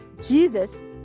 Jesus